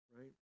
right